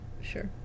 Sure